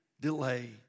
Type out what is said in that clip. delay